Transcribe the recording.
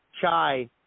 chai